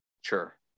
Sure